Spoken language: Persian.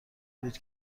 بود